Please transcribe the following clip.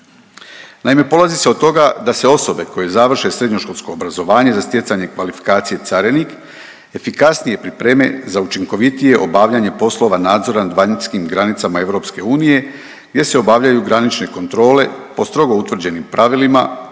Naime, polazi se od toga da se osobe koje završe srednjoškolsko obrazovanje za stjecanje kvalifikacije carinik efikasnije pripreme za učinkovitije obavljanje poslova nadzor nad vanjskim granicama EU gdje se obavljaju granične kontrole po strogo utvrđenim pravilima